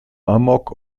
amok